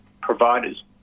providers